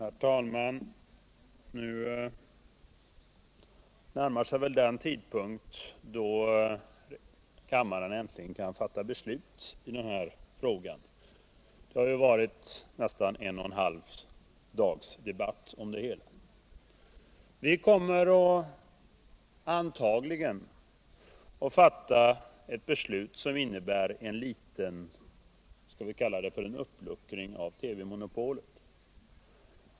Herr talman! Nu närmar sig väl den tidpunkt då kammaren äntligen kan fatta beslut i den här frågan — det har ju varit nästan en och en halv dags debatt om hela ärendet. Vi kommer antagligen att fatta ett beslut som innebär en liten, skall vi kalla det uppluckring av TV-monopolet.